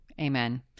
Amen